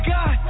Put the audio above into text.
God